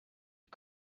you